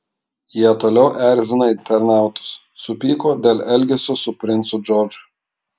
jie toliau erzina internautus supyko dėl elgesio su princu džordžu